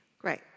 Great